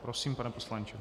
Prosím, pane poslanče.